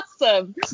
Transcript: awesome